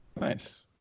Nice